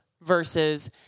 versus